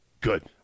Good